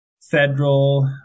federal